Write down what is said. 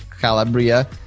Calabria